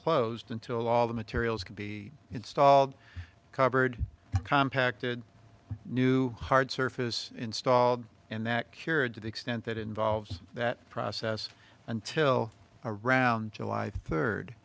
closed until all the materials can be installed covered contacted new hard surface installed and that cured to the extent that involves that process until around july third